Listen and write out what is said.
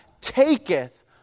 taketh